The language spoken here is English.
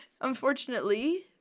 Unfortunately